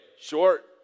Short